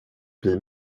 bli